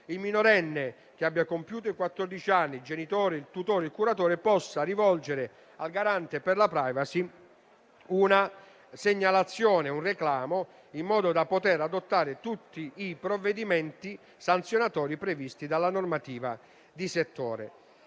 il minorenne che abbia compiuto i quattordici anni, i genitori, il tutore e curatore possa rivolgere al Garante per la *privacy* una segnalazione o un reclamo in modo da poter adottare tutti i provvedimenti sanzionatori previsti dalla normativa di settore.